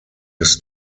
his